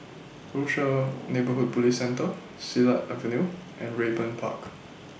Rochor Neighborhood Police Centre Silat Avenue and Raeburn Park